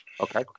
Okay